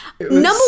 Number